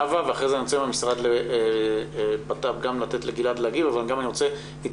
נאוה ואחר כך אתן לגלעד להגיב אבל אני רוצה לשמוע גם